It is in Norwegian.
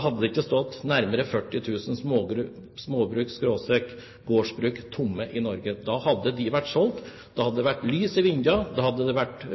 hadde det ikke stått nærmere 40 000 småbruk/gårdsbruk tomme i Norge. Da hadde de vært solgt, da hadde det vært lys i vinduene, da hadde det vært